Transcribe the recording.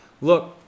look